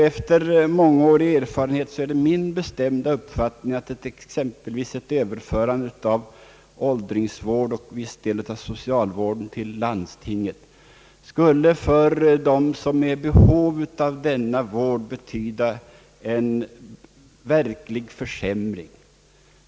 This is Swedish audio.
Efter mångårig erfarenhet är det min bestämda uppfattning att exempelvis ett överförande av åldringsvården och viss del av socialvården till landstingen skulle för dem som är i behov av denna vård betyda en verklig försämring.